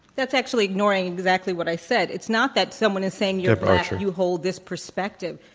that's actually ignoring exactly what i said. it's not that someone is saying, you're black, you hold this perspective.